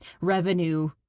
revenue